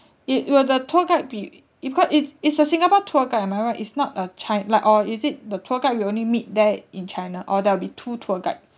it will the tour guide be if got it it's a singapore tour guide am I right it's not a chi~ like or is it the tour guide we only meet there in china or there'll be two tour guides